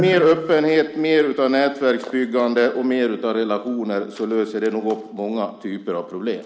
Mer öppenhet, mer av nätverksbyggande och mer av relationer så löses många typer av problem.